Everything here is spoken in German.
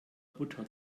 butter